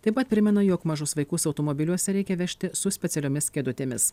taip pat primena jog mažus vaikus automobiliuose reikia vežti su specialiomis kėdutėmis